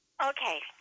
Okay